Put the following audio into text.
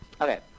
Okay